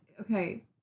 Okay